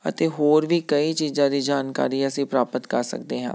ਅਤੇ ਹੋਰ ਵੀ ਕਈ ਚੀਜ਼ਾਂ ਦੀ ਜਾਣਕਾਰੀ ਅਸੀਂ ਪ੍ਰਾਪਤ ਕਰ ਸਕਦੇ ਹਾਂ